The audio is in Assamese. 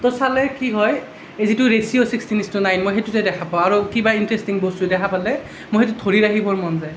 তো চালে কি হয় এই যিটো ratio sixteen inch to nine মই সেইটো বস্তু দেখা পাওঁ আৰু কিবা ইণ্টাৰেষ্টিং বস্তু দেখা পালে মই সেইটো ধৰি ৰাখিবৰ মন যায়